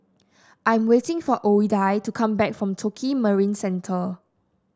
I am waiting for Ouida to come back from Tokio Marine Centre